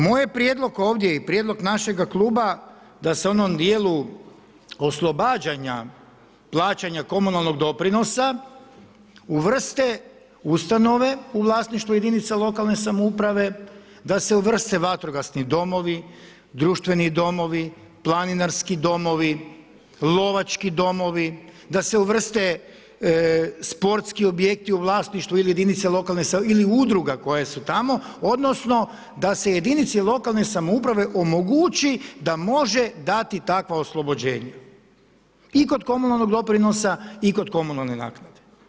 Moj je prijedlog ovdje i prijedlog našega Kluba da se u onom dijelu oslobađanja komunalnog doprinosa uvrste ustanove u vlasništvu jedinica lokalne samouprave, da se uvrste vatrogasni domovi, društveni domovi, planinarski domovi, lovački domovi, da se uvrste sportski objekti u vlasništvu ili jedinica lokalne samouprave ili udruga koje su tamo, odnosno, da se jedinici lokalne samouprave omogući da može dati takva oslobođenja i kod komunalnog doprinosa i kod komunalne naknade.